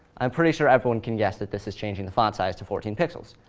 i'm pretty sure everyone can guess that this is changing the font size to fourteen pixels.